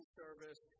service